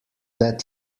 that